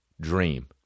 dream